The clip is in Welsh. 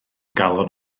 galon